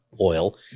oil